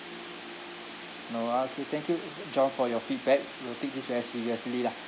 no ah okay thank you john for your feedback we will take this very seriously lah